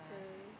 yeah